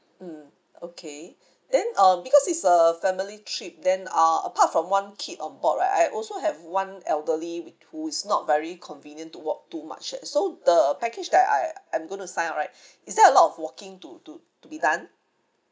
mm okay then um because it's a family trip then uh apart from one kid on board right I also have one elderly with who is not very convenient to walk too much eh so the package that I am going to sign right is there a lot of walking to to to be done